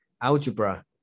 algebra